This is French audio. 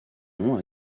nom